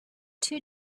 two